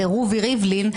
רובי ריבלין,